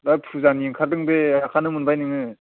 दा फुजानि ओंखारदों बे आखायनो मोनबाय नोङो